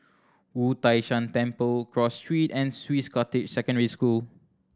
Wu Tai Shan Temple Cross Street and Swiss Cottage Secondary School